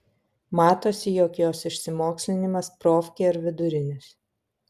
matosi jog jos išsimokslinimas profkė ar vidurinis